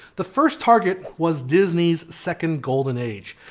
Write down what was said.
the first target was disney's second golden age.